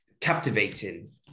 captivating